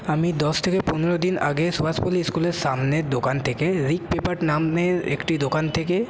আমি দশ থেকে পনেরো দিন আগে সুভাষপল্লী ইস্কুলের সামনে দোকান থেকে রিক পেপার নামের একটি দোকান থেকে